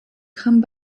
come